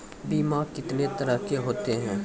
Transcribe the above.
बीमा कितने तरह के होते हैं?